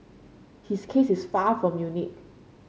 his case is far from unique